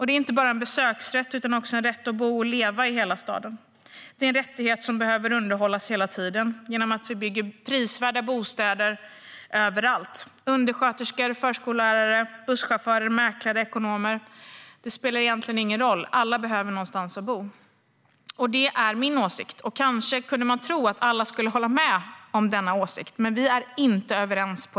Det är inte bara en besöksrätt, utan också en rätt att kunna bo och leva i hela staden. Detta är en rättighet som behöver underhållas hela tiden, genom att vi bygger prisvärda bostäder överallt. Det spelar egentligen ingen roll om det handlar om undersköterskor, förskollärare, busschaufförer, mäklare eller ekonomer - alla behöver någonstans att bo. Detta är min åsikt. Kanske kunde man tro att alla skulle hålla med om detta, men vi är inte överens.